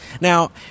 Now